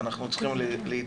ואנחנו צריכים להתכנס.